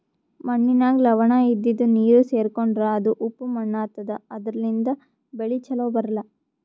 ಮಣ್ಣಿನಾಗ್ ಲವಣ ಇದ್ದಿದು ನೀರ್ ಸೇರ್ಕೊಂಡ್ರಾ ಅದು ಉಪ್ಪ್ ಮಣ್ಣಾತದಾ ಅದರ್ಲಿನ್ಡ್ ಬೆಳಿ ಛಲೋ ಬರ್ಲಾ